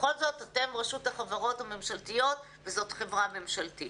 בכל זאת אתם רשות החברות הממשלתיות וזאת חברה ממשלתית.